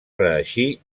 reeixir